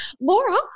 Laura